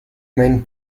main